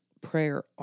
Prayer